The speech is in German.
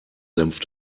senf